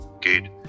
good